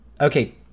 Okay